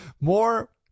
more